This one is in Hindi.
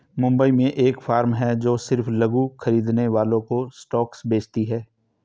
मुंबई में एक फार्म है जो सिर्फ लघु खरीदने वालों को स्टॉक्स बेचती है